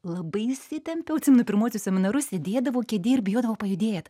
labai įsitempiau atsimenu pirmuosius seminarus sėdėdavau kėdėj ir bijodavau pajudėt